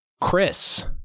Chris